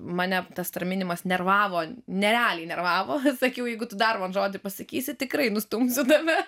mane tas raminimas nervavo nerealiai nervavo sakiau jeigu tu dar man žodį pasakysi tikrai nustumsiu tave